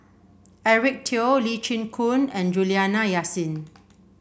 Eric Teo Lee Chin Koon and Juliana Yasin